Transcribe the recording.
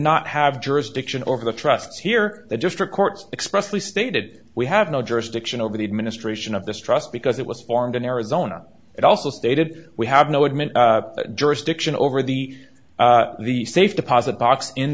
not have jurisdiction over the trusts here the district courts expressly stated we have no jurisdiction over the administration of this trust because it was formed in arizona and also stated we have no adamant jurisdiction over the the safe deposit box in